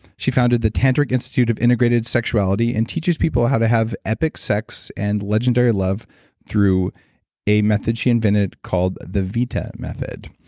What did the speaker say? she founded the tantric institute of integrated sexuality and teaches people how to have epic sex and legendary love through a method she invented called the vita method.